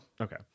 Okay